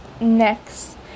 next